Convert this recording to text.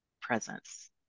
presence